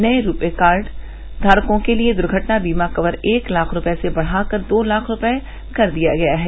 नये RuPay card धारकों के लिए दुर्घटना बीमा कवर एक लाख रुपये से बढ़ाकर दो लाख रुपये कर दिया गया है